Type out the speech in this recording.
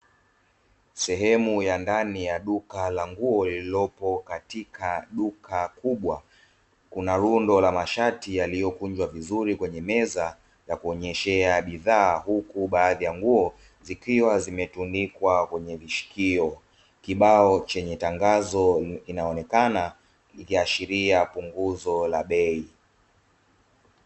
Sehemu ya ndani ya duka la nguo lililopo katika duka kubwa, kuna rundo la mashati yaliyokunjwa vizuri kwenye meza za kuonyesea bidhaa. Huku baadhi ya nguo zikiwa zimetundikwa kwenye vishikio, kibao chenye tangazo kinaonekana kikiashiria punguzo la bei.